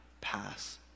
pass